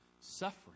Suffering